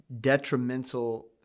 detrimental